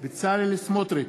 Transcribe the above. בצלאל סמוטריץ,